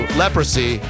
leprosy